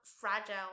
fragile